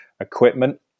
equipment